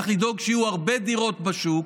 צריך לדאוג שיהיו הרבה דירות בשוק,